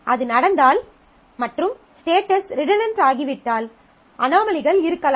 அது நடந்தால் மற்றும் ஸ்டேட்டஸ் ரிடன்டன்ட் ஆகிவிட்டால் அனோமலிகள் இருக்கலாம்